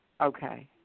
okay